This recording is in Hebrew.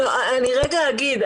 אני אגיד.